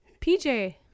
PJ